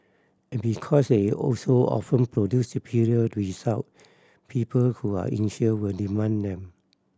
and because they also often produce superior result people who are insured will demand them